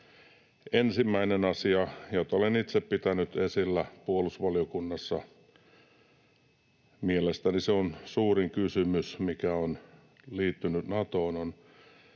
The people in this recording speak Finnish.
Ensimmäinen asia, jota olen itse pitänyt esillä puolustusvaliokunnassa: Mielestäni suurin kysymys, mikä on liittynyt Natoon,